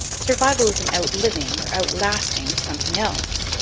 survival is an outliving, or outlasting of something else.